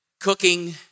cooking